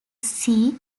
sea